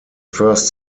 first